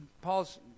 Paul's